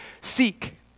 seek